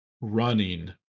running